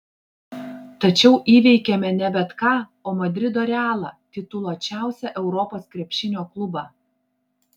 tačiau įveikėme ne bet ką o madrido realą tituluočiausią europos krepšinio klubą